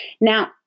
Now